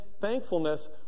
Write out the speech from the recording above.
thankfulness